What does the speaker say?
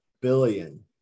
billion